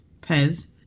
Pez